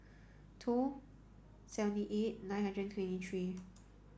two seventy eight nine hundred twenty three